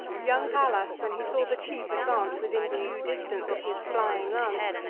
young pallas, when he saw the chief advance within due distance of his flying lance,